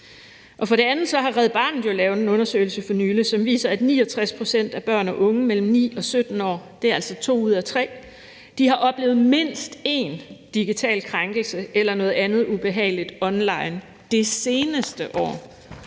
For det andet har Red Barnet jo lavet en undersøgelse for nylig, som viser, at 69 pct. af børn og unge mellem 9 og 17 år – det er altså to ud af tre – har oplevet mindst én digital krænkelse eller noget andet ubehageligt online det seneste år.